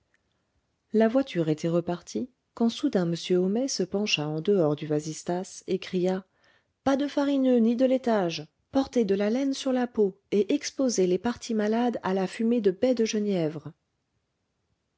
la voiture était repartie quand soudain m homais se pencha en dehors du vasistas et cria pas de farineux ni de laitage porter de la laine sur la peau et exposer les parties malades à la fumée de baies de genièvre